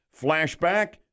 Flashback